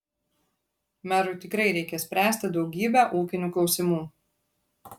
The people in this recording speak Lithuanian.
merui tikrai reikia spręsti daugybę ūkinių klausimų